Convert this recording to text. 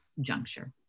juncture